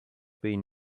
been